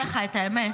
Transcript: אני אומר לך את האמת,